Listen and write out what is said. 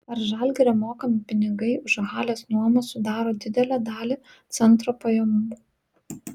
ar žalgirio mokami pinigai už halės nuomą sudaro didelę dalį centro pajamų